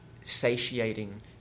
satiating